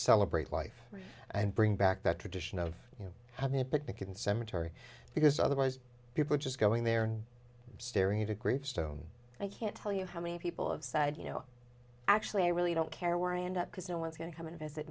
celebrate life and bring back that tradition of you know having a picnic in the cemetery because otherwise people just going there and staring into gravestone i can't tell you how many people have said you know actually i really don't care where i end up because no one's going to come and visit